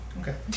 Okay